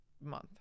month